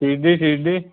Shirdi Shirdi